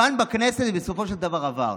כאן בכנסת זה בסופו של דבר עבר.